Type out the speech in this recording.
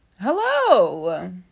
hello